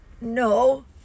No